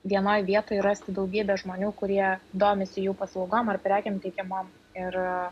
vienoj vietoj rasti daugybę žmonių kurie domisi jų paslaugom ar prekėm teikiamom ir